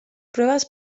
pruebas